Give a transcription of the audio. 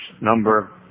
number